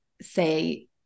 say